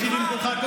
בשביל לומר שזה